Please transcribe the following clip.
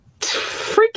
freaking